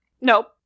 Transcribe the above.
Nope